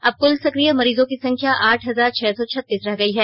अब कुल सकिय मरीजों की संख्या आठ हजार छह सौ छत्तीस रह गयी है